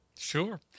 Sure